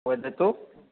वदतु